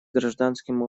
гражданским